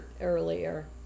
earlier